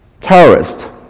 terrorist